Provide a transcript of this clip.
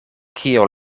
kio